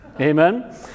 Amen